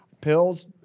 pills